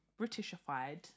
Britishified